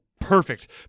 perfect